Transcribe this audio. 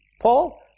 Paul